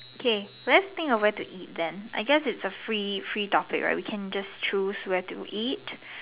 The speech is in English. K let's think of where to eat then I guess it's a free free topic right we can just choose where to eat